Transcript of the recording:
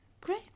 Great